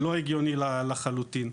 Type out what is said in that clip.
לא הגיוני לחלוטין.